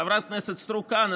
חברת הכנסת סטרוק כאן,